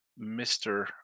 Mr